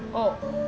oh that